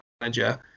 manager